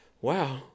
wow